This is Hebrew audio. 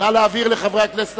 יש לי עשר דקות.